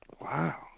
Wow